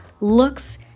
looks